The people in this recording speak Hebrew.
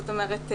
זאת אומרת,